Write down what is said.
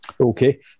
Okay